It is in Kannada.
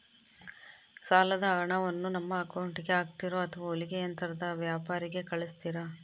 ಸಾಲದ ಹಣವನ್ನು ನಮ್ಮ ಅಕೌಂಟಿಗೆ ಹಾಕ್ತಿರೋ ಅಥವಾ ಹೊಲಿಗೆ ಯಂತ್ರದ ವ್ಯಾಪಾರಿಗೆ ಕಳಿಸ್ತಿರಾ?